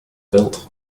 built